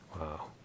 Wow